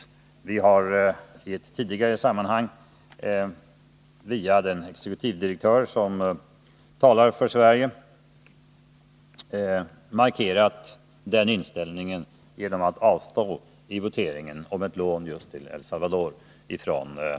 Vi har i ett tidigare sammanhang via den exekutivdirektör som talar för Sverige markerat den inställningen genom att avstå i voteringen om ett lån till El Salvador från IDB.